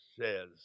says